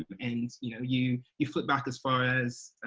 um and you know, you, you flip back as far as,